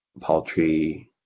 paltry